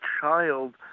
child